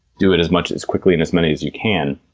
do it as much, as quickly, and as many as you can.